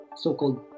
so-called